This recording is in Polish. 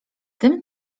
tym